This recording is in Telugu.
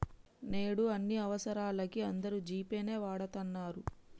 నేడు అన్ని అవసరాలకీ అందరూ జీ పే నే వాడతన్నరు